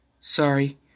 Sorry